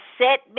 set